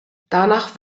danach